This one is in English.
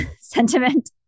sentiment